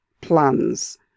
plans